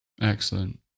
Excellent